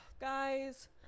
Guys